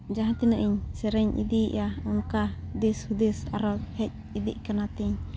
ᱡᱟᱦᱟᱸ ᱛᱤᱱᱟᱹᱜ ᱤᱧ ᱥᱮᱨᱮᱧ ᱤᱫᱤᱭᱮᱜᱼᱟ ᱚᱱᱠᱟ ᱫᱤᱥ ᱦᱩᱫᱮᱥ ᱟᱨᱚᱦᱚᱸ ᱦᱮᱡ ᱤᱫᱤᱜ ᱠᱟᱱᱟ ᱛᱤᱧ